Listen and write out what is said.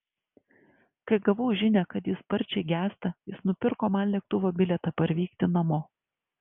kai gavau žinią kad ji sparčiai gęsta jis nupirko man lėktuvo bilietą parvykti namo